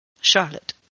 Charlotte